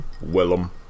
Willem